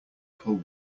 pull